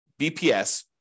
BPS